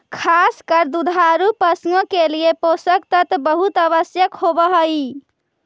खास कर दुधारू पशुओं के लिए पोषक तत्व बहुत आवश्यक होवअ हई